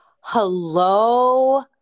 Hello